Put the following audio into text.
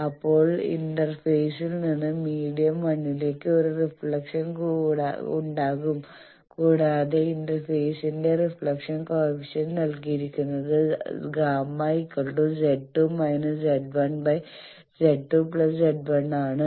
അപ്പോൾ ഇന്റർഫേസിൽ നിന്ന് മീഡിയം 1 ലേക്ക് ഒരു റിഫ്ലക്ഷൻ ഉണ്ടാകും കൂടാതെ ഇന്റർഫേസിന്റെ റിഫ്ലക്ഷൻ കോഎഫീഷ്യന്റ് നൽകിയിരിക്കുന്നത് Γ Z2−Z1Z2 Z1 ആണ്